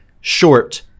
Short